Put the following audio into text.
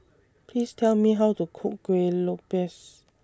Please Tell Me How to Cook Kuih Lopes